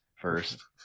first